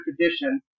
tradition